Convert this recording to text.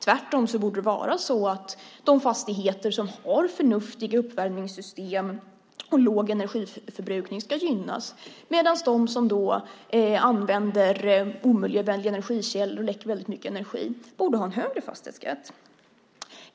Tvärtom borde det vara så att de fastigheter som har förnuftiga uppvärmningssystem och låg energiförbrukning ska gynnas, medan de som använder energikällor som inte är miljövänliga och läcker väldigt mycket energi borde ha en högre fastighetsskatt.